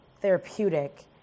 therapeutic